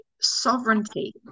sovereignty